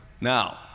Now